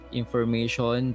information